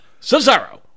Cesaro